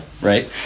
right